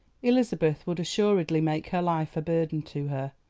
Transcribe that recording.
elizabeth would assuredly make her life a burden to her.